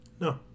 No